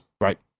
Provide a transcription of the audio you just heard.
right